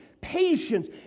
patience